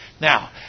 now